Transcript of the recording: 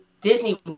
Disney